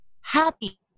happy